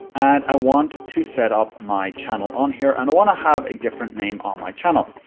and i want to set up my channel on here, and i want to have a different name on my channel.